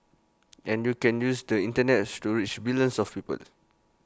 and you can use the Internet to reach billions of people